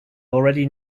already